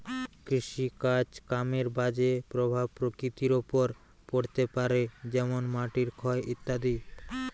কৃষিকাজ কামের বাজে প্রভাব প্রকৃতির ওপর পড়তে পারে যেমন মাটির ক্ষয় ইত্যাদি